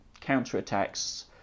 counterattacks